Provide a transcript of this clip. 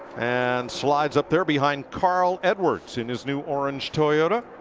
and slides up there behind carl edwards in his new orange toyota